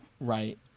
Right